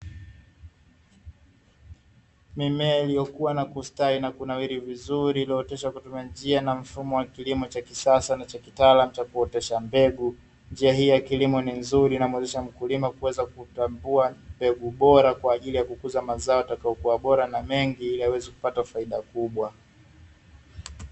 Mimea iliyokuwa na kustawi na kunawili vizuri iliyooteshwa kwa kutumia njia na mfumo wa kilimo cha kisasa na cha kitaalamu cha kuotesha mbegu. Njia hii ya kilimo ni nzuri inamuwezesha mkulima kuweza kutambua mbegu bora kwaajili ya kuweza kukuza mazao yatakayokuwa bora na mengi ili aweze kupata faida kubwa.